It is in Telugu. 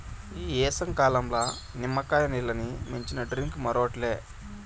ఈ ఏసంకాలంల నిమ్మకాయ నీల్లని మించిన డ్రింక్ మరోటి లే